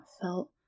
felt